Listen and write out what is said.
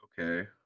Okay